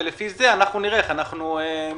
ולפי זה אנחנו נראה איך אנחנו מתקדמים.